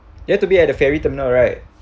you have to be at the ferry terminal right